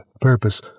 purpose